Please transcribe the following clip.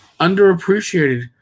underappreciated